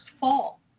fall